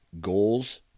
Goals